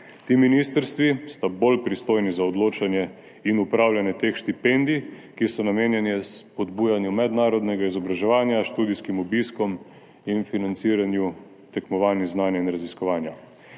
Ti ministrstvi sta bolj pristojni za odločanje in upravljanje teh štipendij, ki so namenjene spodbujanju mednarodnega izobraževanja, študijskim obiskom in financiranju tekmovanj iz znanja in raziskovanja.